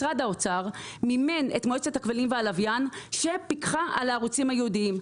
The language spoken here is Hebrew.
משרד האוצר מימן את מועצת הכבלים והלוויין שפיקחה על הערוצים הייעודיים,